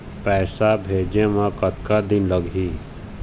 पैसा भेजे मे कतका दिन लगही?